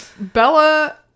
Bella